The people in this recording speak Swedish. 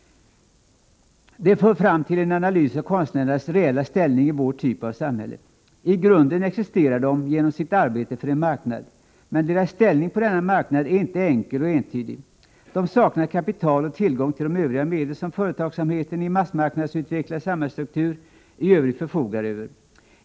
Det för fram till en analys av konstnärernas reella ställning i vår typ av samhälle. I grunden existerar de genom sitt arbete för en marknad, men deras ställning på denna marknad är inte enkel och entydig. De saknar kapital och tillgång till de övriga medel som företagsamheten i en massmarknadsutvecklad samhällsstruktur i övrigt förfogar över.